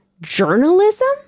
journalism